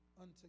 unto